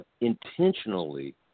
intentionally